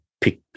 pick